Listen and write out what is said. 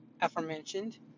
aforementioned